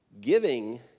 Giving